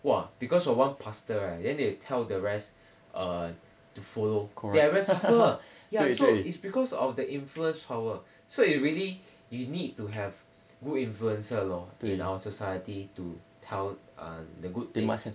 !wah! because of one pastor right then they tell the rest err to follow then everyone suffer ya so it's because of the influence power so you really you need to have good influencer lor in our society to tell err the good thing